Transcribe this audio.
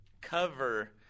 cover